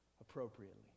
appropriately